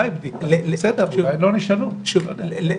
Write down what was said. אולי לא נשאלו, אני לא יודע.